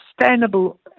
sustainable